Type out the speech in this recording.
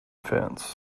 fence